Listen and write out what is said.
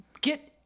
get